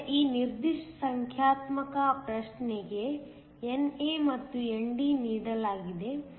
ಆದ್ದರಿಂದ ಈ ನಿರ್ದಿಷ್ಟ ಸಂಖ್ಯಾತ್ಮಕ ಪ್ರಶ್ನೆ ಗೆ NA ಮತ್ತು ND ನೀಡಲಾಗಿದೆ